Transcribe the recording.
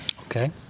okay